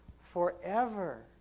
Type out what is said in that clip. forever